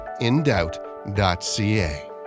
indoubt.ca